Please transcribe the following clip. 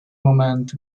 момент